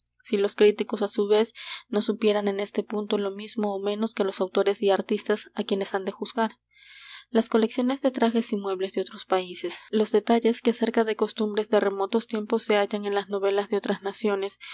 si los críticos á su vez no supieran en este punto lo mismo ó menos que los autores y artistas á quienes han de juzgar las colecciones de trajes y muebles de otros países los detalles que acerca de costumbres de remotos tiempos se hallan en las novelas de otras naciones